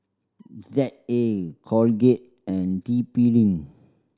Z A Colgate and T P Link